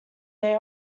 they